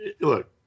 Look